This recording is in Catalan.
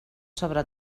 sobre